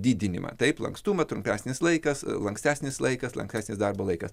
didinimą taip lankstumą trumpesnis laikas lankstesnis laikas lankstesnis darbo laikas